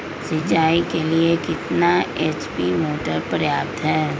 सिंचाई के लिए कितना एच.पी मोटर पर्याप्त है?